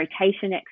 rotation